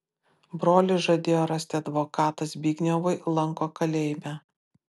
brolis žadėjo rasti advokatą zbignevui lanko kalėjime